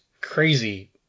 crazy